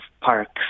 parks